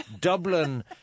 Dublin